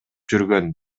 жүргөн